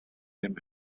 him